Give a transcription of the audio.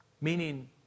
Meaning